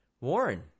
Warren